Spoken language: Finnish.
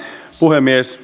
puhemies